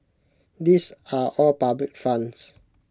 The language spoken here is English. these are all public funds